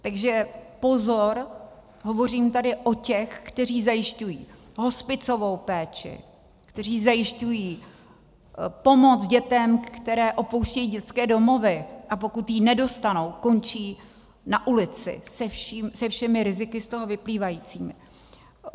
Takže pozor hovořím tady o těch, kteří zajišťují hospicovou péči, kteří zajišťují pomoc dětem, které opouštějí dětské domovy, a pokud ji nedostanou, končí na ulici se všemi riziky z toho vyplývajícími.